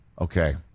Okay